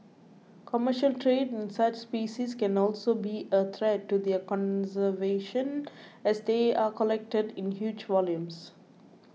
commercial trade in such species can also be a threat to their conservation as they are collected in huge volumes